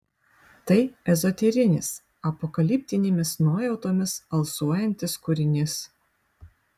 tai ezoterinis apokaliptinėmis nuojautomis alsuojantis kūrinys